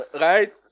Right